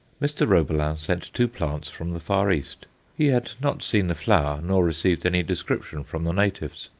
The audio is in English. mr. roebelin sent two plants from the far east he had not seen the flower, nor received any description from the natives.